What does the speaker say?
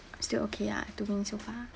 still okay ah to me so far